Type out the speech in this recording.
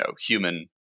human